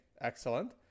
excellent